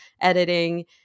editing